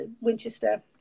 Winchester